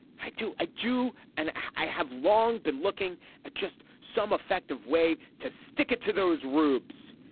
i do. i do. and i have long been looking at just some effective way to stick it to those rubes,